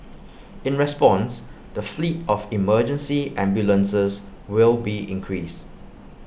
in response the fleet of emergency ambulances will be increased